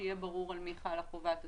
שיהיה ברור על מי חלה חובת התשלום.